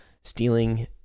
stealing